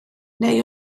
neu